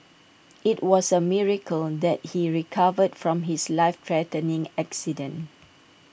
IT was A miracle that he recovered from his life threatening accident